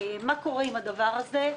מה קורה עם הדבר הזה?